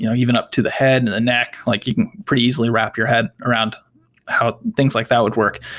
you know even up to the head and the neck. like you can pretty easily wrap your head around how things like that would work.